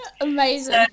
amazing